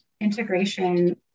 integration